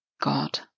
God